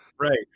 Right